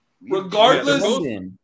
Regardless